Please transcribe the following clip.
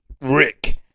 Rick